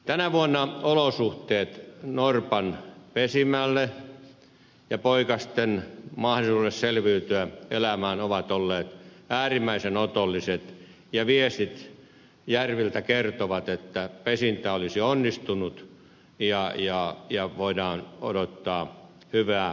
tänä vuonna olosuhteet norpan pesinnälle ja poikasten mahdollisuudelle selviytyä elämään ovat olleet äärimmäisen otolliset ja viestit järviltä kertovat että pesintä olisi onnistunut ja voidaan odottaa hyvää poikastulosta